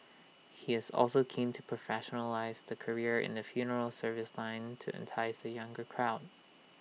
he is also keen to professionalise the career in the funeral service line to entice A younger crowd